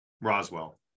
Roswell